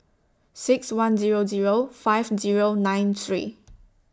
six one Zero Zero five Zero nine three